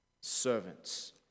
servants